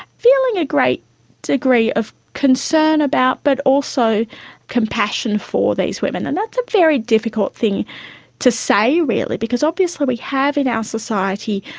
feeling a great degree of concern about but also compassion for these women, and that's a very difficult thing to say really because obviously we have in our society,